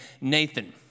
Nathan